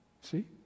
See